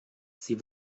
sie